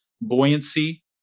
buoyancy